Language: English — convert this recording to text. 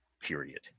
period